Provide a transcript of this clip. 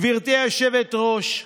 גברתי היושבת-ראש,